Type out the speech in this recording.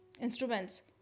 instruments